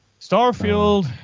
Starfield